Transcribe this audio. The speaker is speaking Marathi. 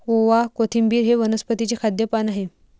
ओवा, कोथिंबिर हे वनस्पतीचे खाद्य पान आहे